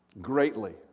greatly